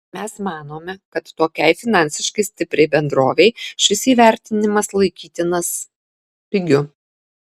mes manome kad tokiai finansiškai stipriai bendrovei šis įvertinimas laikytinas pigiu